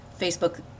Facebook